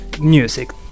music